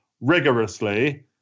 rigorously